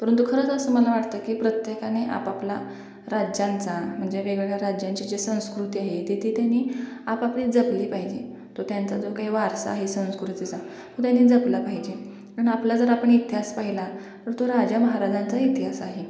परंतु खरंच असं मला वाटतं की प्रत्येकाने आपापला राज्यांचा म्हणजे वेगवेगळ्या राज्यांची जी संस्कृती आहे ती ते त्यांनी आपापली जपली पाहिजे तो त्यांचा जो काही वारसा आहे संस्कृतीचा तो त्याने जपला पाहिजे आणि आपला जर आपण इतिहास पाहिला तर तो राजा महाराजांचा इतिहास आहे